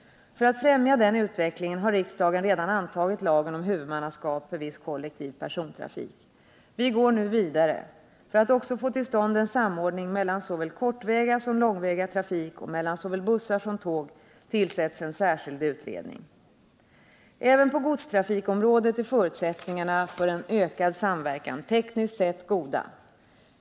För att främja den utvecklingen har riksdagen redan antagit lagen om huvudmannaskap för viss kollektiv persontrafik. Vi går nu vidare. För att också få till stånd en samordning mellan såväl kortväga som långväga trafik och mellan såväl bussar som tåg tillsätts en särskild utredning. Även på godstrafikområdet är förutsättningarna för en ökad samverkan tekniskt sett goda.